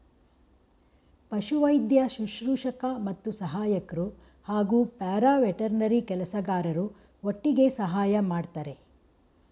ಪಶುವೈದ್ಯ ಶುಶ್ರೂಷಕ ಮತ್ತು ಸಹಾಯಕ್ರು ಹಾಗೂ ಪ್ಯಾರಾವೆಟರ್ನರಿ ಕೆಲಸಗಾರರು ಒಟ್ಟಿಗೆ ಸಹಾಯ ಮಾಡ್ತರೆ